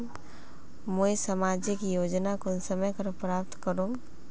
मुई सामाजिक योजना कुंसम करे प्राप्त करूम?